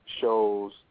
shows